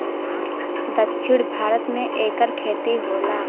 दक्षिण भारत मे एकर खेती होला